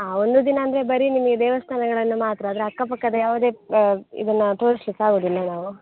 ಹಾಂ ಒಂದು ದಿನ ಅಂದರೆ ಬರಿ ನಿಮಗೆ ದೇವಸ್ಥಾನಗಳನ್ನು ಮಾತ್ರ ಅದರ ಅಕ್ಕಪಕ್ಕದ ಯಾವುದೇ ಇದನ್ನು ತೋರಿಸ್ಲಿಕ್ಕೆ ಆಗೋದಿಲ್ಲ ನಾವು